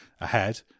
ahead